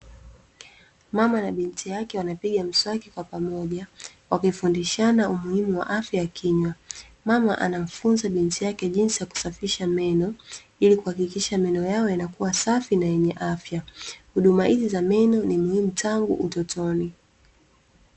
Mama na binti yake wanapiga mswaki kwa pamoja, wakifundishana umuhimu wa afya ya kinywa. Mama anamfunza binti yake jinsi ya kusafisha meno, ili kuhakikisha meno yao yanakuwa safi na yenye afya. Huduma hizi za meno ni muhimu tangu utotoni.